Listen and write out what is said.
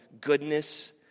goodness